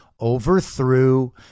overthrew